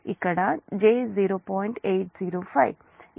805 ఇక్కడ కూడా j 0